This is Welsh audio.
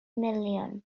miliwn